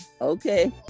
Okay